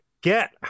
get